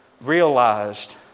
realized